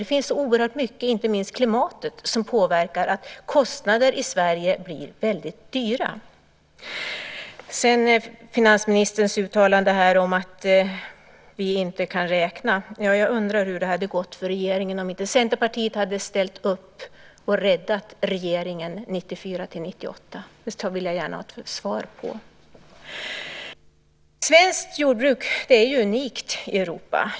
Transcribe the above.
Det finns olika saker, inte minst klimatet, som påverkar och gör att kostnaderna i Sverige blir väldigt höga. Apropå finansministerns uttalande om att vi inte kan räkna undrar jag hur det hade gått för regeringen om inte Centerpartiet hade ställt upp och räddat regeringen 1994-1998. Det skulle jag gärna vilja ha svar på. Svenskt jordbruk är unikt i Europa.